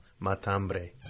Matambre